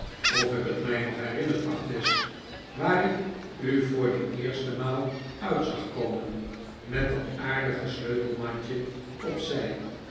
of ik het mij nog herinner agnes waar ik u voor de eerste maal uit zag komen met dat aardige sleutelmandje op